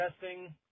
testing